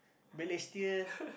Balestier